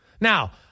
now